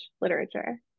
literature